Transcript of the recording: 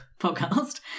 podcast